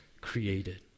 created